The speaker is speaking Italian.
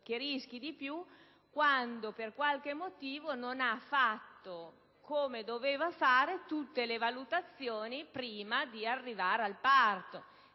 Credo rischi di più quando, per qualche motivo, non ha fatto, come doveva, tutte le valutazioni necessarie prima di arrivare al parto.